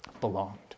belonged